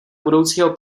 budoucího